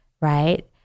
right